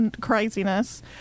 craziness